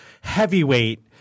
heavyweight